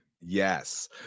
Yes